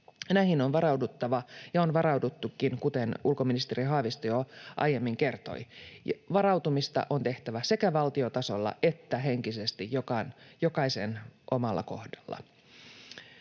Näihin on varauduttava, ja on varauduttukin, kuten ulkoministeri Haavisto jo aiemmin kertoi. Varautumista on tehtävä sekä valtion tasolla että henkisesti jokaisen omalla kohdallaan.